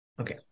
Okay